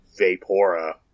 Vapora